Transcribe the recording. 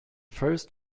first